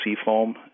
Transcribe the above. seafoam